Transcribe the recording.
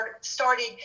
started